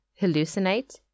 hallucinate